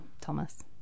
Thomas